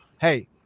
hey